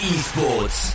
Esports